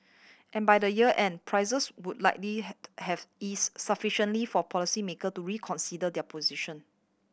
and by the year end prices would likely had have eased sufficiently for policymaker to reconsider their position